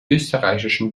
österreichischen